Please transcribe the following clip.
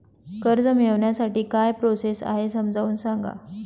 कर्ज मिळविण्यासाठी काय प्रोसेस आहे समजावून सांगा